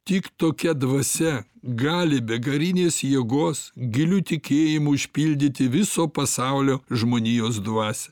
tik tokia dvasia gali begalinės jėgos giliu tikėjimu išpildyti viso pasaulio žmonijos dvasią